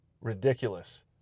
ridiculous